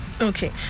Okay